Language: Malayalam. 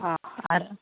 ആ ആ